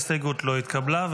ההסתייגות לא התקבלה.